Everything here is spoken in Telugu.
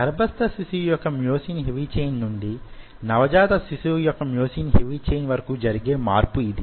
గర్భస్థ శిశువు యొక్క మ్యోసిన్ హెవీ ఛైన్ నుండి నవజాత శిశువు యొక్క మ్యోసిన్ హెవీ ఛైన్ వరకు జరిగే మార్పుయిది